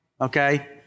okay